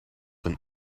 een